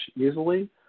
easily